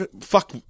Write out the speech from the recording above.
fuck